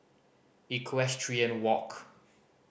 Equestrian Walk